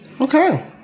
okay